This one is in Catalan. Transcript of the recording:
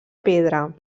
pedra